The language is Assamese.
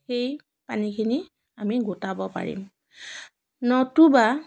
সেই পানীখিনি আমি গোটাব পাৰিম নতুবা